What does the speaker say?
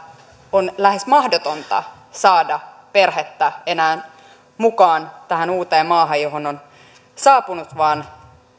on lähes mahdotonta saada perhettä enää mukaan tähän uuteen maahan johon on saapunut vaan